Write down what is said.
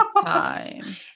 time